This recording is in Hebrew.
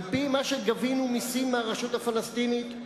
על-פי מה שגבינו מסים מהרשות הפלסטינית,